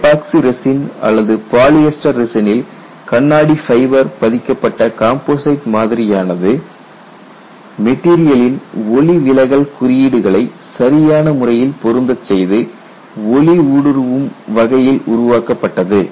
epoxy resin அல்லது polyester ரெசினில் கண்ணாடி ஃபைபர் பதிக்கப்பட்ட கம்போசிட் மாதிரியானது மெட்டீரியலின் ஒளிவிலகல் குறியீடுகளை சரியான முறையில் பொருந்தச் செய்து ஒளி ஊடுருவும் வகையில் உருவாக்கப்பட்டது